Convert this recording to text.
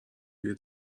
روی